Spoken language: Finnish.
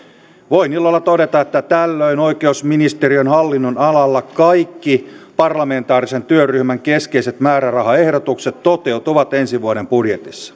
voin ilolla todeta että tällöin oikeusministeriön hallinnonalalla kaikki parlamentaarisen työryhmän keskeiset määrärahaehdotukset toteutuvat ensi vuoden budjetissa